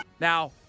Now